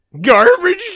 Garbage